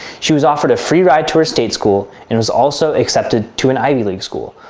she was offered a free ride tour, state school and was also accepted to an ivy league school,